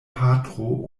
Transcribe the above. patro